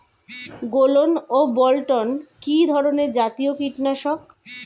গোলন ও বলটন কি ধরনে জাতীয় কীটনাশক?